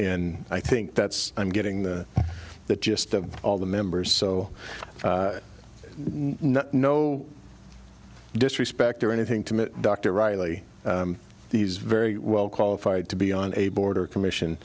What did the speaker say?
d i think that's i'm getting the the gist of all the members so no disrespect or anything to dr riley these very well qualified to be on a board or commission